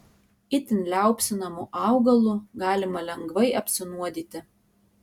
itin liaupsinamu augalu galima lengvai apsinuodyti